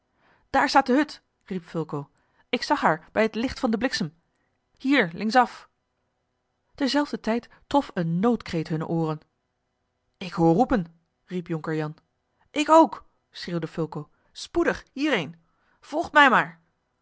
daar staat de hut riep fulco ik zag haar bij het licht van den bliksem hier linksaf terzelfder tijd trof een noodkreet hunne ooren ik hoor roepen riep jonker jan ik ook schreeuwde fulco spoedig hierheen volgt mij maar